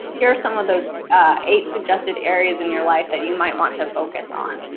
here are some of those eight suggested areas in your life that you might want to focus on.